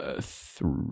three